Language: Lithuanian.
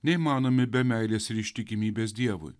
neįmanomi be meilės ir ištikimybės dievui